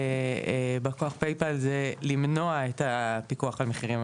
היא למנוע את הפיקוח על המחירים.